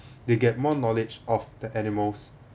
they get more knowledge of the animals